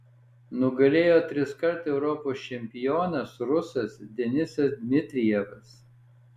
nugalėjo triskart europos čempionas rusas denisas dmitrijevas